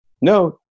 no